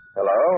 Hello